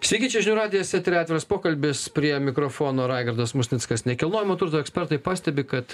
sveiki čia žinių radijas etery atviras pokalbis prie mikrofono raigardas musnickas nekilnojamo turto ekspertai pastebi kad